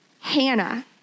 Hannah